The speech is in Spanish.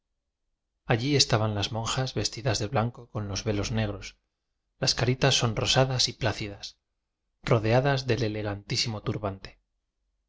allí estaban las monjas vestidas de blanco con los velos negros las caritas sonrosa das y plácidas rodeadas del elegantísimo turbante